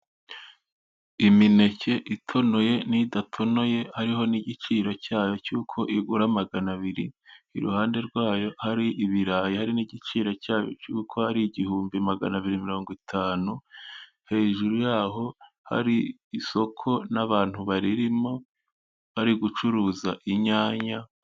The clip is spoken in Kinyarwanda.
Imineke itonoye n'idatonoye hariho n'igiciro cyayo cy'uko igura magana abiri, iruhande rwayo ari ibirayi hari n'igiciro cyayo cy'uko ari igihumbi magana abiri mirongo itanu hejuru yaho hari isoko n'abantu baririmo bari gucuruza inyanya.